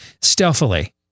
stealthily